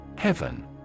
Heaven